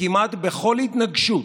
"וכמעט בכל התנגשות